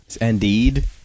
Indeed